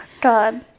God